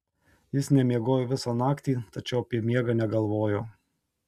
jis nemiegojo visą naktį tačiau apie miegą negalvojo